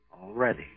Already